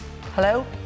Hello